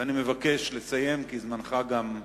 ואני מבקש לסיים, כי זמנך תם.